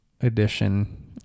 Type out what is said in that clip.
edition